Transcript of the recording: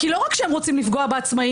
כי לא רק שהם רוצים לפגוע בעצמאים,